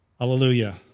Hallelujah